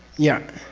yeah.